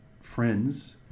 friends